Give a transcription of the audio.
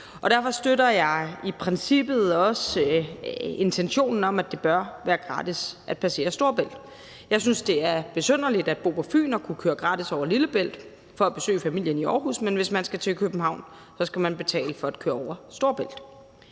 Derfor støtter jeg i princippet også intentionen om, at det bør være gratis at passere Storebælt. Jeg synes, det er besynderligt at bo på Fyn og kunne køre gratis over Lillebælt for at besøge familien i Aarhus, men hvis man skal til København, skal man betale for at køre over Storebælt.